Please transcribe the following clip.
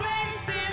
places